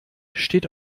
steht